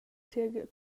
tier